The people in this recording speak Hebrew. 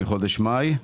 מחודש מאי.